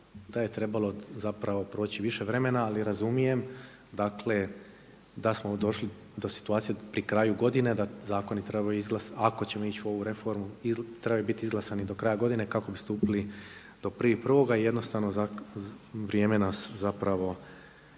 To je trebalo zapravo proći više vremena, ali razumijem. Dakle, da smo došli do situacije pri kraju godine da zakoni trebaju, ako ćemo ići u ovu reformu trebaju biti izglasani do kraja godine kako bi stupili do 1.1. I jednostavno vrijeme nas zapravo